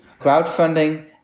crowdfunding